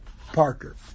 Parker